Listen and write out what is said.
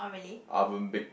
Ovenbake